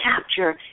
capture